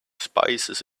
spices